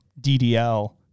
DDL